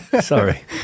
Sorry